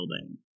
building